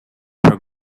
her